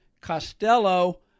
Costello